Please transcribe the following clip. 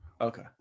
Okay